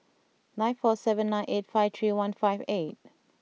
nine four seven nine eight five three one five eight